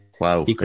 wow